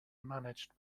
managed